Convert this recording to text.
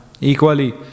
equally